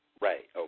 Right